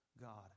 God